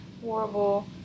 horrible